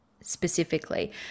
specifically